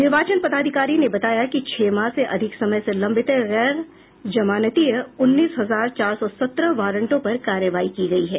निर्वाचन पदाधिकारी ने बताया कि छह माह से अधिक समय से लंबित गैर जमानतीय उन्नीस हजार चार सौ सत्रह वारंटों पर कार्रवाई की गयी है